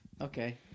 okay